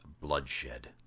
bloodshed